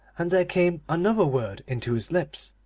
and there came another word into his lips,